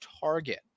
target